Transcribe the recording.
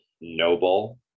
noble